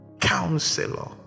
counselor